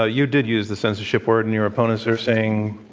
ah you did use the censorship word, and your opponents are saying